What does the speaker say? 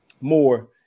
more